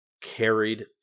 carried